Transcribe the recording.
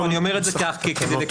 לא אני אומר את זה כדי לקצר,